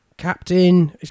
captain